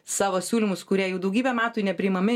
savo siūlymus kurie jau daugybę metų nepriimami